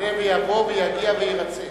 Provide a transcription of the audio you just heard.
ויבוא ויגיע ויירצה